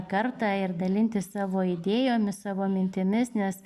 kartą ir dalintis savo idėjomis savo mintimis nes